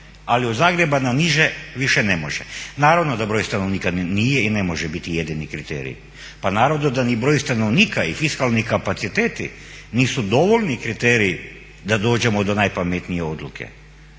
ali od Zagreba na niže više ne može. Naravno da broj stanovnika nije i ne može biti jedini kriterij. Pa naravno da ni broj stanovnika i fiskalni kapaciteti nisu dovoljni kriteriji da dođemo do najpametnije odluke.